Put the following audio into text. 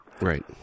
Right